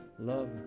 Love